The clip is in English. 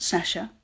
Sasha